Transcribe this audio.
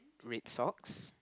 red socks